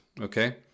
Okay